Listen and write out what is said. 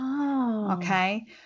Okay